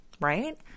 right